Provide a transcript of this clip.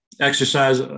exercise